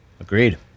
Agreed